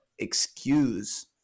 excuse